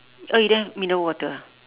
oh you don't have mineral water